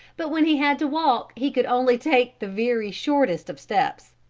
but when he had to walk he could only take the very shortest of steps.